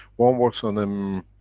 one works on um